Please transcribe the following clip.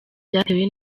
byatewe